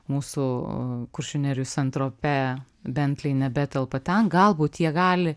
mūsų kuršių nerijoj san tropė bentliai nebetelpa ten galbūt jie gali